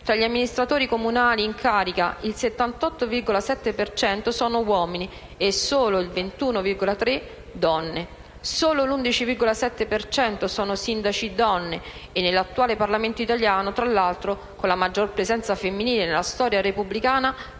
tra gli amministratori comunali in carica, il 78,7 per cento sono uomini e solo il 21,3 donne; solo l'11,7 per cento sono sindaci donne e nell'attuale Parlamento italiano, tra l'altro con la maggior presenza femminile nella storia repubblicana,